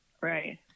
Right